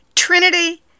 Trinity